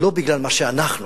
מה שאנחנו,